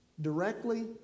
directly